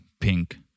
pink